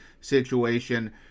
situation